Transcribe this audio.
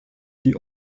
die